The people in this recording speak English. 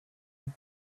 have